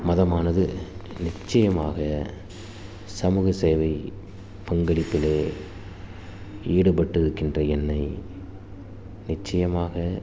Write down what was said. மதமானது நிச்சயமாக சமூகசேவை பங்களிப்பிலே ஈடுபட்டு இருக்கின்ற என்னை நிச்சயமாக